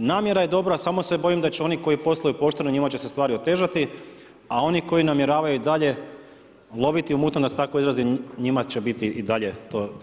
Namjera je dobra, samo se bojim da će oni koji posluju pošteno njima će se stvari otežati, a oni koji namjeravaju dalje loviti u mutno da se tako izrazim njima će biti i dalje to